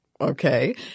okay